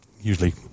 usually